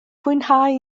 fwynhau